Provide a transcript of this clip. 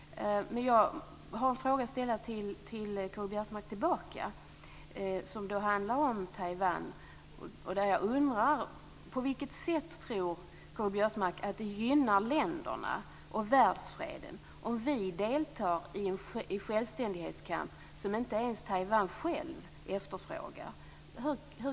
Jag vill ställa en fråga tillbaka till Karl-Göran Biörsmark om Taiwan. På vilket sätt tror Karl-Göran Biörsmark att det gynnar Taiwan och världsfreden, om vi deltar i en självständighetskamp som inte ens Taiwan själv efterfrågar?